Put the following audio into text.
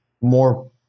More